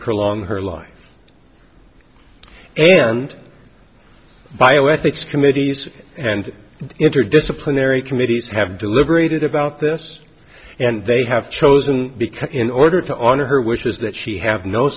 prolong her life and bioethics committees and interdisciplinary committees have deliberated about this and they have chosen because in order to honor her wishes that she have no